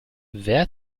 wer